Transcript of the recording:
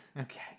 Okay